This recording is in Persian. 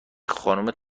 خانم